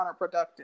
counterproductive